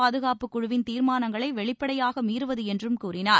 பாதுகாப்பு குழுவின் தீர்மானங்களை வெளிப்படையாக மீறுவது என்றும் கூறினார்